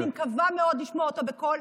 אני מקווה מאוד לשמוע אותו בקול.